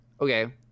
Okay